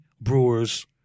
Brewers